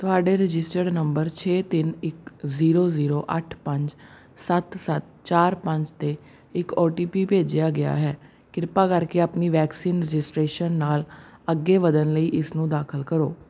ਤੁਹਾਡੇ registered number ਛੇ ਤਿੰਨ ਇੱਕ ਜ਼ੀਰੋ ਜ਼ੀਰੋ ਅੱਠ ਪੰਜ ਸੱਤ ਸੱਤ ਚਾਰ ਪੰਜ 'ਤੇ ਇੱਕ ਓ ਟੀ ਪੀ ਭੇਜਿਆ ਗਿਆ ਹੈ ਕਿਰਪਾ ਕਰਕੇ ਆਪਣੀ ਵੈਕਸੀਨ ਰਜਿਸਟ੍ਰੇਸ਼ਨ ਨਾਲ ਅੱਗੇ ਵਧਣ ਲਈ ਇਸਨੂੰ ਦਾਖ਼ਲ ਕਰੋ